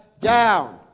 down